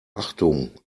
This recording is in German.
achtung